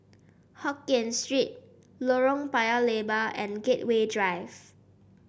Hokkien Street Lorong Paya Lebar and Gateway Drive